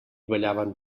ballaven